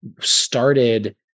started